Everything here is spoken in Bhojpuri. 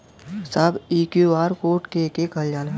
साहब इ क्यू.आर कोड के के कहल जाला?